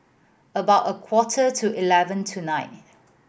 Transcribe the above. about a quarter to eleven tonight